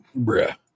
Bruh